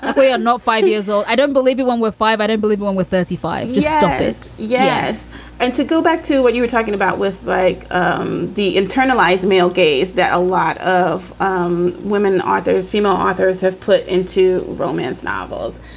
we are not five years old. i don't believe you when we're five. i don't believe one. we're thirty five. just stop it. yes and to go back to what you were talking about with like um the internalized male gaze that a lot of um women authors, female authors have put into romance novels,